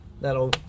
That'll